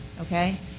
Okay